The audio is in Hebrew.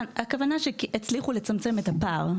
הכוונה היא שהצליחו לצמצם את הפער,